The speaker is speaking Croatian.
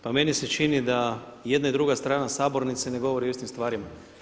Pa meni se čini da i jedna i druga strana sabornice ne govori o istim stvarima.